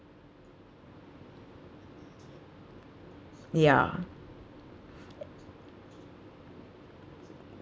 ya